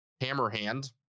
Hammerhand